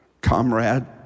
Comrade